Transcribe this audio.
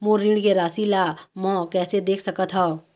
मोर ऋण के राशि ला म कैसे देख सकत हव?